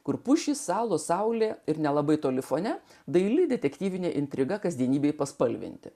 kur pušys salos saulė ir nelabai toli fone daili detektyvinė intriga kasdienybėje paspalvinti